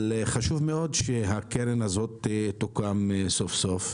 אבל חשוב מאוד שהקרן הזאת תוקם סוף סוף,